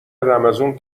رمضون